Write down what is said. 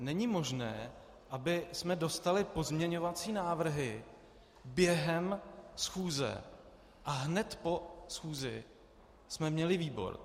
Není možné, abychom dostali pozměňovací návrhy během schůze a hned po schůzi jsme měli výbor.